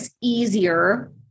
easier